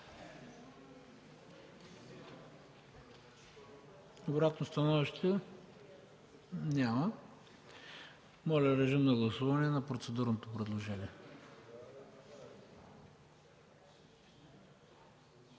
Обратно становище? Няма. Моля режим на гласуване на процедурното предложение.